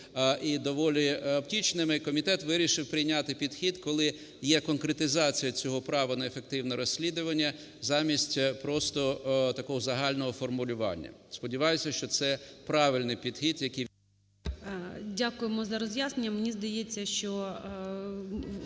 Дякуємо за роз'яснення.